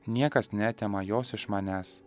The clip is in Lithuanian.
niekas neatima jos iš manęs